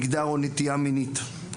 מגדר או נטייה מינית.